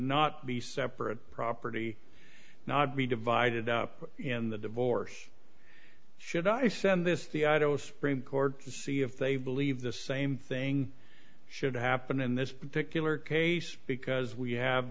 not be separate property not be divided up in the divorce should i send this the i dos court to see if they believe the same thing should happen in this particular case because we have